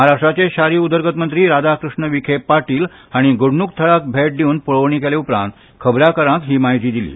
महाराष्ट्राचे शारी उदरगत मंत्री राधाकृष्ण विखे पाटील हांणी घडणूक थळाची भेट दिवन पळोवणी केले उपरांत खबराकारांक ही माहिती दिली